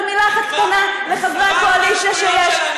רק מילה אחת קטנה לחברי הקואליציה שנמצאים